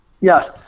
Yes